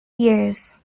years